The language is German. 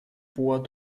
bor